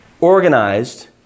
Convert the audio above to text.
organized